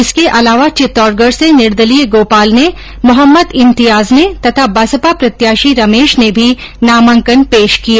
इसके अलावा चित्तौड़गढ से निर्दलीय गोपाल ने मोहम्मद इमतियाज ने तथा बसपा प्रत्याशी रमेश ने भी नामांकन पेश किए